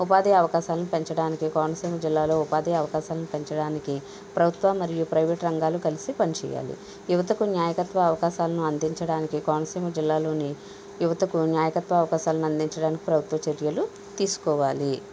ఉపాధి అవకాశాన్ని పెంచడానికి కోనసీమ జిల్లాలో ఉపాధి అవకాశాలని పెంచడానికి ప్రభుత్వ మరియు ప్రైవేటు రంగాలు కలిసి పనిచేయాలి యువతకు న్యాయకత్వ అవకాశాలను అందించడానికి కోనసీమ జిల్లాలోని యువతకు నాయకత్వ అవకాశాలను అందించడానికి ప్రభుత్వ చర్యలు తీసుకోవాలి